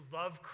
love